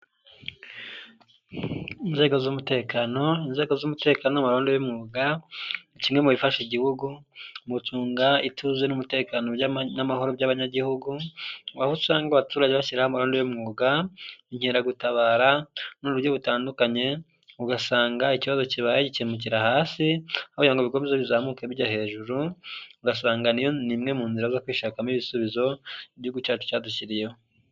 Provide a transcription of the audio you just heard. Inzego z'umutekano n'amarondo y'umwuga, ni kimwe mu bifasha igihugu mu gucunga ituze, umutekano, n'amahoro by'abanyagihugu, aho usanga abaturage bashyiraho amarondo y'umwuga, inkeragutabara n'uburyo butandukanye, ugasanga ikibazo kibaye gikemukira hasi, aho kugira ngo bikomeze bizamuka bijya hejuru, ugasanga niyo ni imwe mu nzira zo kwishakamo ibisubizo, igihugu cyacu cyadushyiriyeho.